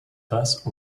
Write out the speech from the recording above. passe